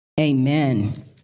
Amen